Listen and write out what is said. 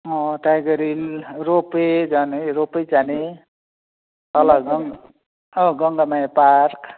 अँ tiger hill ropeway जाने ए रोपवे जाने तल गङ् अँ गङ्गामाया पार्क